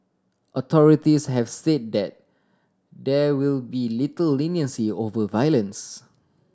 authorities have said that there will be little leniency over violence